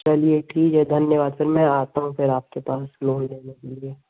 चलिए ठीक है धन्यवाद फिर मैं आता हूँ फिर आपके पास लोन लेने के लिए